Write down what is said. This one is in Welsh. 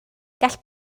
gall